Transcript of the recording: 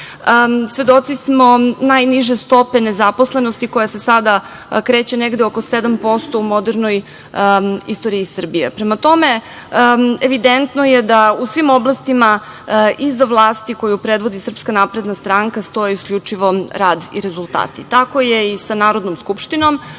svedoci smo najniže stope nezaposlenosti koja se sada kreće negde oko 7% u modernoj istoriji Srbije. Prema tome, evidentno je da u svim oblastima iza vlasti koju predvodi SNS stoji isključivo rad i rezultati. Tako je i sa Narodnom skupštinom. Narodna